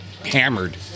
hammered